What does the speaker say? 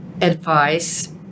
advice